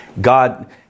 God